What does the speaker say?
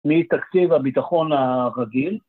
מתקציב הביטחון הרגיל